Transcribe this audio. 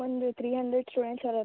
ಒಂದು three hundred students ಅದಾ ರೀ